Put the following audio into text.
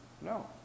no